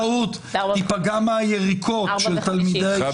שלא בטעות תיפגע מהיריקות של תלמידי הישיבות.